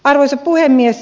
arvoisa puhemies